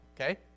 okay